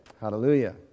Hallelujah